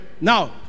Now